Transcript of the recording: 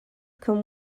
can